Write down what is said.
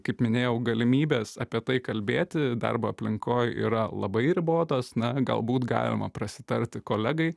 kaip minėjau galimybės apie tai kalbėti darbo aplinkoj yra labai ribotos na galbūt galima prasitarti kolegai